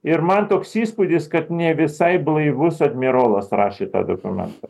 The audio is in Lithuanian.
ir man toks įspūdis kad ne visai blaivus admirolas rašė tą dokumentą